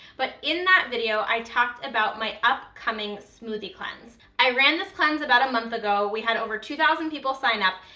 but in that video i talked about my upcoming smoothie cleanse. i ran this cleanse about a month ago, we had over two thousand people sign up,